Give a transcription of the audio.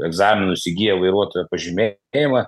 egzaminus įgiję vairuotojo pažymė mėjimą